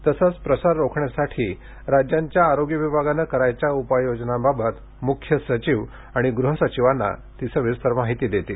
तसंच प्रसार रोखण्यासाठी राज्यांच्या आरोग्य विभागानं करायच्या उपाययोजनांबाबत मुख्य सचिव आणि गृहसचिवांना सविस्तर माहिती देतील